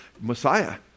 Messiah